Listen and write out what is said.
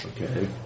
Okay